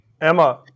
Emma